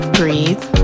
breathe